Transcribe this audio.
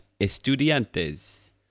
Estudiantes